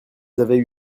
avaient